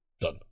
Done